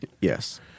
Yes